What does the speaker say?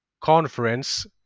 conference